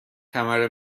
کمر